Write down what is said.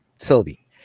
Sylvie